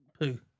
poo